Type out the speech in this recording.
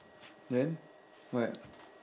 then what